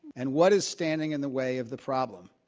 and what is standing in the way of the problem?